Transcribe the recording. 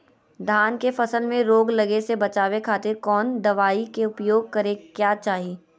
धान के फसल मैं रोग लगे से बचावे खातिर कौन दवाई के उपयोग करें क्या चाहि?